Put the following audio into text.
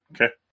okay